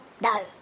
no